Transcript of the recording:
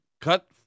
cut